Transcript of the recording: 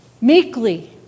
Meekly